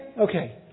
Okay